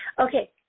Okay